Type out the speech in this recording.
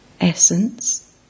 Essence